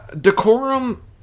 decorum